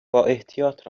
بااحتیاط